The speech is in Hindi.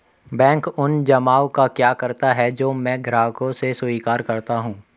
बैंक उन जमाव का क्या करता है जो मैं ग्राहकों से स्वीकार करता हूँ?